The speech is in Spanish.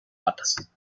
patas